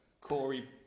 Corey